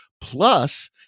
Plus